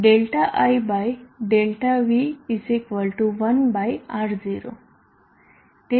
તેથી Δi ΔV 1 R0